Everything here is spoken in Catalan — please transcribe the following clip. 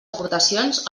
aportacions